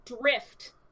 drift